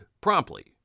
promptly